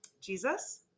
jesus